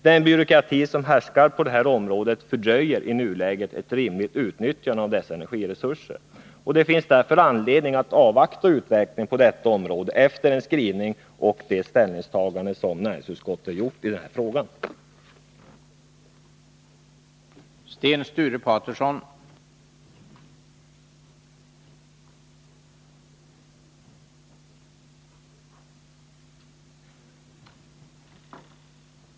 Den byråkrati som härskar på detta område fördröjer i nuläget ett rimligt utnyttjande av dessa energiresurser. Det finns därför, efter den skrivning och det ställningstagande som näringsutskottet har gjort i frågan, anledning att avvakta utvecklingen på detta område.